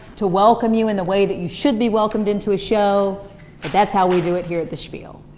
to welcome you in the way that you should be welcomed into a show, but that's how we do it here at the spiel.